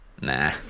Nah